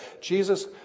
Jesus